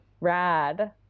rad